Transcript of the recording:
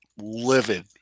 Livid